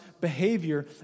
behavior